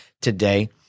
today